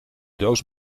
doos